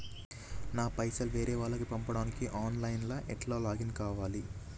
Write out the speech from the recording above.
నా పైసల్ వేరే వాళ్లకి పంపడానికి ఆన్ లైన్ లా ఎట్ల లాగిన్ కావాలి?